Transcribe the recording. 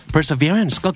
Perseverance